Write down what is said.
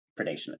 predation